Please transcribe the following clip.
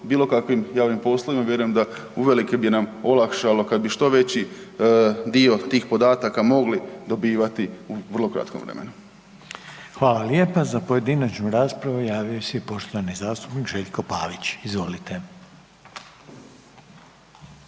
bilo kakvim javnim poslovima vjerujem da uvelike bi nam olakšalo kad bi što veći dio tih podataka mogli dobivati u vrlo kratkom vremenu. **Reiner, Željko (HDZ)** Hvala lijepa. Za pojedinačnu raspravu javio se i poštovani zastupnik Željko Pavić, izvolite.